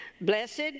Blessed